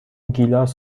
گیلاس